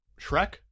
Shrek